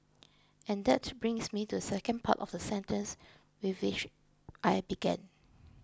and that brings me to second part of the sentence with which I began